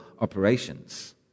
operations